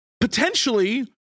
potentially